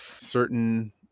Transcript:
certain